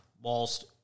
whilst